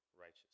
righteous